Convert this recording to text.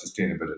sustainability